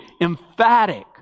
emphatic